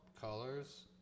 colors